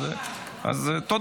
אז אני אומרת,